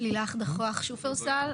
לילך דחוח, שופרסל.